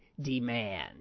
demand